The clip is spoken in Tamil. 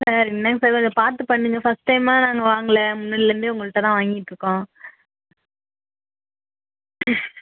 சார் என்னங்க சார் கொஞ்சம் பார்த்துப் பண்ணுங்கள் ஃபஸ்ட் டைமாக நாங்கள் வாங்கலை முன்னாடிலேருந்தே உங்கள்கிட்ட தான் வாங்கிட்டுருக்கோம்